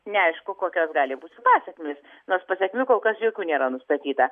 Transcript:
neaišku kokios gali būti pasekmės nors pasekmių kol kas jokių nėra nustatyta